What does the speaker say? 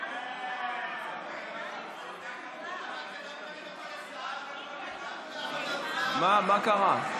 מה קרה?